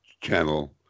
channel